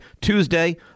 Tuesday